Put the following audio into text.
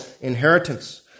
inheritance